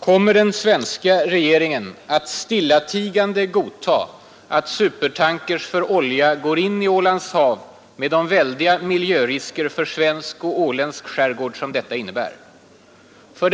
Kommer den svenska regeringen att stillatigande godta att supertankers för råolja går in i Ålands hav med de väldiga miljörisker för svensk och åländsk skärgård som detta innebär? 2.